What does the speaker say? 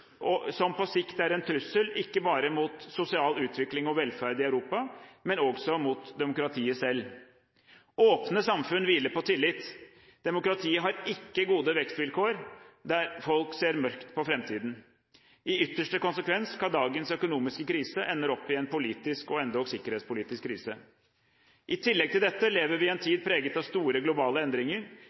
på sikt en trussel, ikke bare mot sosial utvikling og velferd i Europa, men også mot demokratiet selv. Åpne samfunn hviler på tillit. Demokratiet har ikke gode vekstvilkår der folk ser mørkt på framtiden. I ytterste konsekvens kan dagens økonomiske krise ende opp i en politisk og endog sikkerhetspolitisk krise. I tillegg til dette lever vi i en tid preget av store globale endringer,